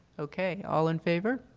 okay. all in favor?